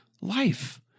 life